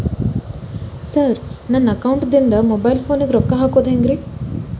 Sir ನನ್ನ ಅಕೌಂಟದಿಂದ mobile ಫೋನಿಗೆ ರೊಕ್ಕ ಹಾಕೋದು ಹೆಂಗ್ರಿ?